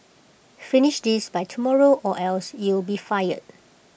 finish this by tomorrow or else you'll be fired